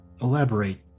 elaborate